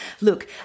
Look